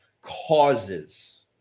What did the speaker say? causes